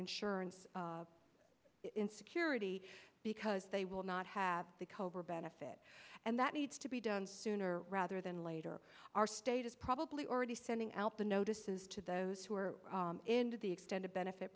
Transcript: insurance insecurity because they will not have the cobra benefit and that needs to be done sooner rather than later our state is probably already sending out the notices to those who are into the extended benefit